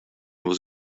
was